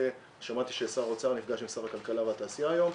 שמעתי ששר האוצר נפגש עם שר הכלכלה והתעשייה היום,